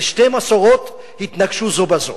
ושתי מסורות התנגשו זו בזו.